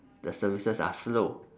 the services are slow